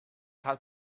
had